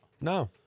No